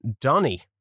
Donny